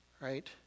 Right